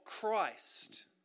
Christ